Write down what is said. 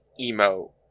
emo